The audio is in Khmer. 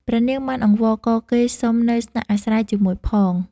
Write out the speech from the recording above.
ព្រះនាង បានអង្វរករគេសុំនៅស្នាក់អាស្រ័យជាមួយផង។